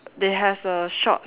they has a short